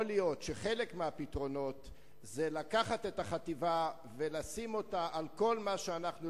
יכול להיות שחלק מהפתרון הוא לקחת את החטיבה ולשים אותה על כל מה שלא